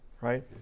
right